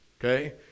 okay